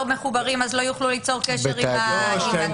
מחוברים לא יוכלו ליצור קשר עם הדיגיטל?